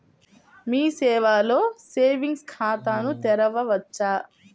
మీ సేవలో సేవింగ్స్ ఖాతాను తెరవవచ్చా?